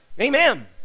Amen